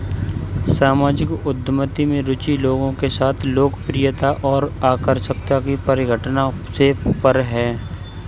सामाजिक उद्यमिता में रुचि लोगों के साथ लोकप्रियता और आकर्षण की परिघटना से परे है